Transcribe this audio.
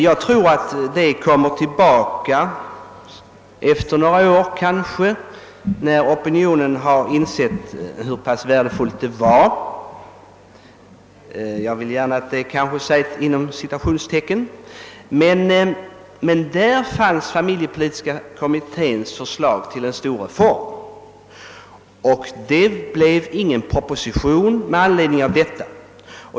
Jag tror att det kommer tillbaka efter några år när opinionen har insett hur pass värdefullt det var. Där har man alltså familjepolitiska kommitténs förslag till en stor reform. Men regeringen vågar inte lägga någon proposition med anledning därav.